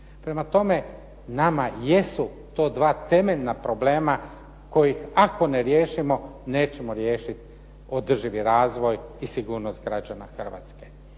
Prema tome, nama jesu to dva temeljna problema koji ako ne riješimo nećemo riješiti održivi razvoj i sigurnost građana Hrvatske.